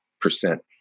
percent